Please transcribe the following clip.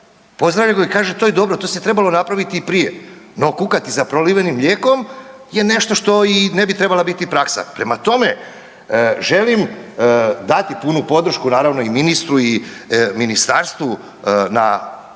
pozdravljaju ga i kažu to je dobro, to se trebalo napraviti i prije. No kukati za prolivenim mlijekom je nešto što i ne bi trebala biti praksa. Prema tome, želim dati punu podršku naravno i ministru i ministarstvu na ovome